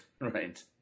Right